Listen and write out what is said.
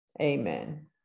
Amen